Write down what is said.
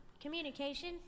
Communication